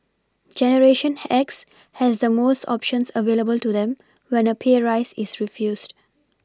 generation X has the most options available to them when a pay rise is refused